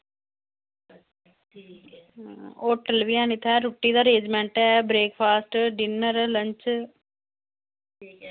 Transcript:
ठीक ऐ होटल बी हैन इत्थै रोटी दा आरेजंमेंट ऐ ब्रैकफासट डिनर लंच